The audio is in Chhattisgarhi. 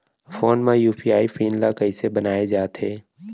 फोन म यू.पी.आई पिन ल कइसे बनाये जाथे?